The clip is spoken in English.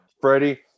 Freddie